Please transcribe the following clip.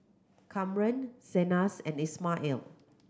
Kamren Zenas and Ismael